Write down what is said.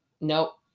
nope